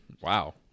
wow